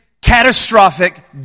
catastrophic